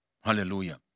Hallelujah